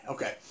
Okay